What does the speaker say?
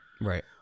Right